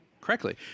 correctly